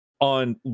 on